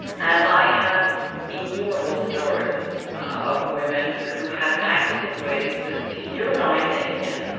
and i have innumerable stories of women who have acted in ways that to you and i, damien,